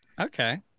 Okay